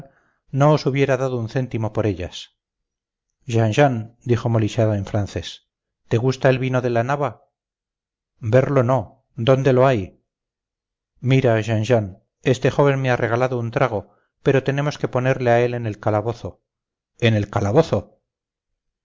no os hubiera dado un céntimo por ellas jean jean dijo molichard en francés te gusta el vino de la nava verlo no dónde lo hay mira jean jean este joven me ha regalado un trago pero tenemos que ponerle a él en el calabozo en el calabozo